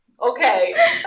okay